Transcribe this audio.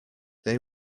they